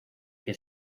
que